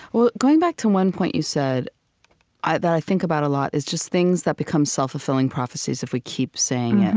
well, going back to one point you said that i think about a lot is just things that become self-fulfilling prophecies if we keep saying it.